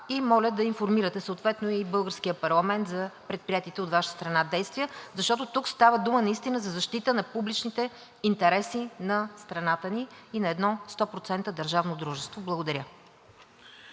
Моля да информирате съответно и българския парламент за предприетите от Ваша страна действия, защото тук става дума за защита на публичните интереси на страната ни и на едно 100% държавно дружество. Благодаря.